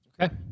okay